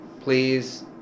please